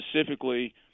specifically